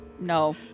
No